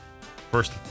First